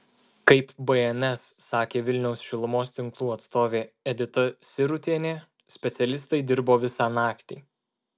kaip bns sakė vilniaus šilumos tinklų atstovė edita sirutienė specialistai dirbo visą naktį